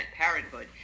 Parenthood